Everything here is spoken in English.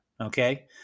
Okay